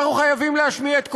אנחנו חייבים להשמיע את קולנו,